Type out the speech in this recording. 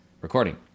recording